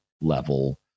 level